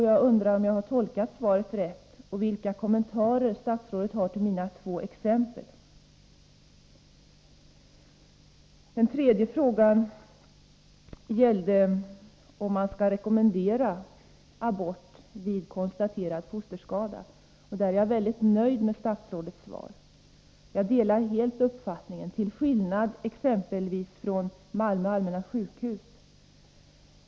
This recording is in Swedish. Jag undrar om jag har tolkat svaret rätt och vilka kommentarer statsrådet har till mina två exempel. Den tredje frågan gällde om man skall rekommendera abort vid konstaterad fosterskada. Jag är mycket nöjd med statsrådets svar på den frågan. Jag delar helt statsrådets uppfattning — till skillnad från exempelvis Malmö Allmänna sjukhus.